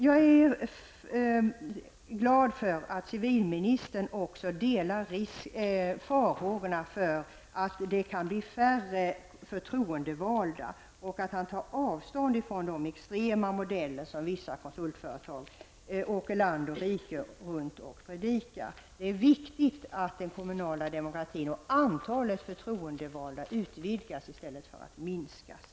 Jag är glad för att civilministern också delar farhågorna för att det kan bli färre förtroendevalda och att han tar avstånd från de extrema modeller som vissa konsultföretag åker land och rike runt och predikar om. Det är viktigt att den kommunala demokratin och antalet förtroendevalda utvidgas i stället för att minskas.